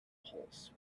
pulse